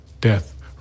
Death